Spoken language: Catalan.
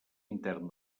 intern